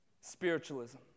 Spiritualism